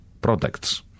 products